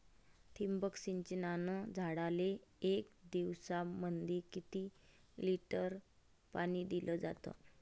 ठिबक सिंचनानं झाडाले एक दिवसामंदी किती लिटर पाणी दिलं जातं?